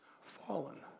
fallen